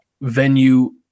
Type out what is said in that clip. venue